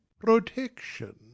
protection